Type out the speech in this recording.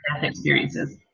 experiences